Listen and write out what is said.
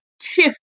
shift